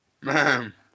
Man